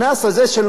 זה לא מס,